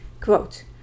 quote